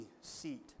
seat